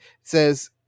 says